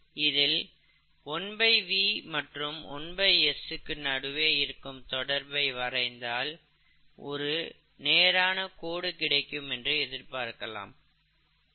இதில் 1V மற்றும் 1S க்கு நடுவே இருக்கும் தொடர்பை வரைந்தால் ஒரே நேரான கோடு கிடைக்கும் என்று எதிர்பார்க்கலாம்